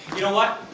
you know what?